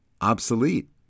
obsolete